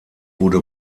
wurde